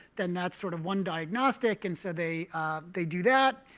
then that's sort of one diagnostic. and so they they do that.